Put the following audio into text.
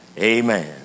Amen